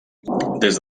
des